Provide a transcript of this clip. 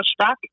pushback